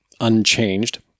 unchanged